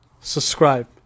subscribe